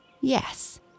Yes